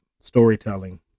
storytelling